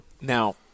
Now